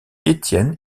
étienne